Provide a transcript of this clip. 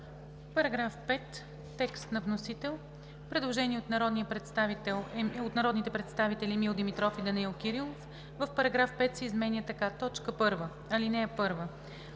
Параграф 5 – текст на вносител. Предложение от народните представители Емил Димитров и Данаил Кирилов –§ 5 се изменя така: „1. Алинея 1: